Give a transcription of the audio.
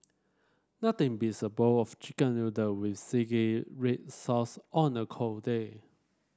nothing beats a bowl of chicken noodle with zingy red sauce on a cold day